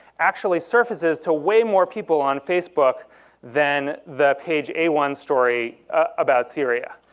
actually surfaces to way more people on facebook than the page a one story about syria.